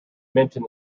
mention